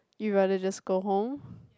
you rather just go home